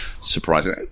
Surprising